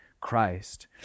Christ